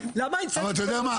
אבל, אתה יודע מה?